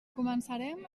començarem